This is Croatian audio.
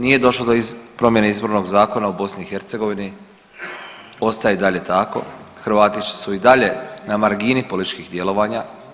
Nije došlo do promjene Izbornog zakona u BiH ostaje i dalje tako, Hrvatići su i dalje na margini političkih djelovanja.